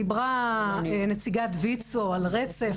דיברה נציגת ויצו על רצף,